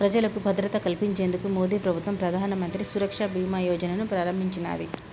ప్రజలకు భద్రత కల్పించేందుకు మోదీప్రభుత్వం ప్రధానమంత్రి సురక్ష బీమా యోజనను ప్రారంభించినాది